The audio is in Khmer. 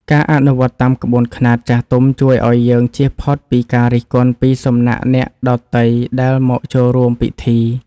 ការអនុវត្តតាមក្បួនខ្នាតចាស់ទុំជួយឱ្យយើងជៀសផុតពីការរិះគន់ពីសំណាក់អ្នកដទៃដែលមកចូលរួមពិធី។